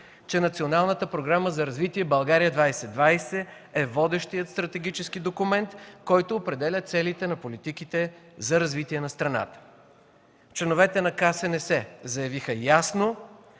че Националната програма за развитие „България 2020” е водещият стратегически документ, който определя целите на политиките за развитие на страната. Членовете на Консултативния